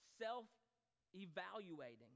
self-evaluating